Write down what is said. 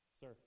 Sir